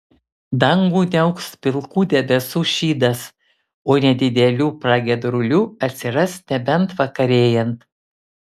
dangų niauks pilkų debesų šydas o nedidelių pragiedrulių atsiras nebent vakarėjant